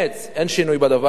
אין שינוי בדבר הזה.